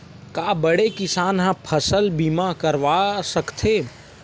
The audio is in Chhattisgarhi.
का बड़े किसान ह फसल बीमा करवा सकथे?